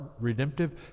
redemptive